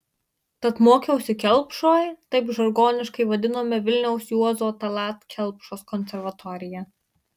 tad mokiausi kelpšoj taip žargoniškai vadinome vilniaus juozo tallat kelpšos konservatoriją